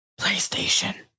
PlayStation